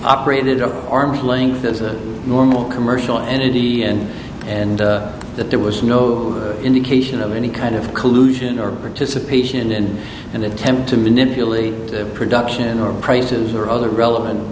operated on arm's length as a normal commercial entity and that there was no indication of any kind of collusion or participation in an attempt to manipulate production or prices or other relevant